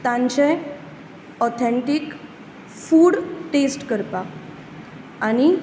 तांचें authentic food taste करपाक आनी